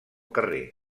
carrer